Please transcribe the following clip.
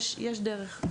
יש דרך.